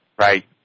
Right